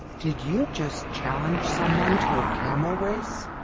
did you just challenge someone to a camel race?